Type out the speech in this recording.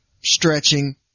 stretching